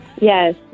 Yes